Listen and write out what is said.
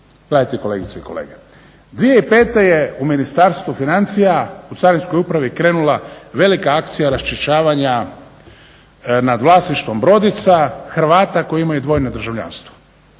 Gledajte kolegice i kolege, 2005. je u Ministarstvu financija u Carinskoj upravi krenula velika akcija raščišćavanja nad vlasništvom brodica Hrvata koji imaju dvojno državljanstvo,